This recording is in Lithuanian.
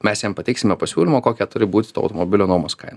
mes jam pateiksime pasiūlymų kokia turi būti to automobilio nuomos kaina